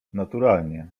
naturalnie